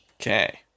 Okay